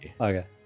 Okay